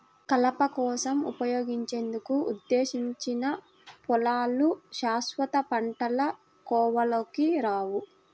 కలప కోసం ఉపయోగించేందుకు ఉద్దేశించిన పొలాలు శాశ్వత పంటల కోవలోకి రావు